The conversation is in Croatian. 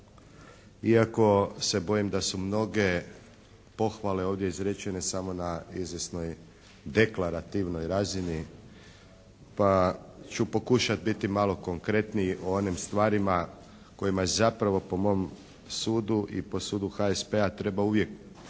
Iako se bojim da su mnoge pohvale ovdje izrečene samo na izvjesnoj deklarativnoj razini. Pa ću pokušati biti malo konkretnijim o onim stvarima kojima je zapravo po mom sudu i po sudu HSP-a treba uvijek posebno